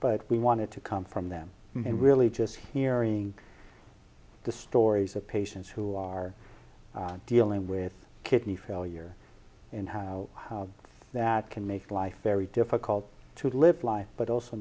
but we wanted to come from them and really just hearing the stories of patients who are dealing with kidney failure and how that can make life very difficult to live life but also